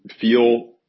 feel